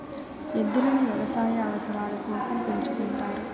ఎద్దులను వ్యవసాయ అవసరాల కోసం పెంచుకుంటారు